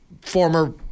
former